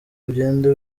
ugende